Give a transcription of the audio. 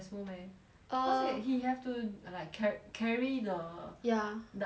err cause right he have to like ca~ carry the the ya outline eh I think